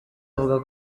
avuga